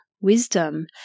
wisdom